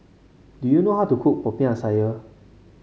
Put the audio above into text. do you know how to cook Popiah Sayur